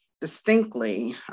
distinctly